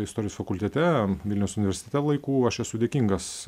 istorijos fakultete vilniaus universitete laikų aš esu dėkingas